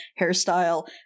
hairstyle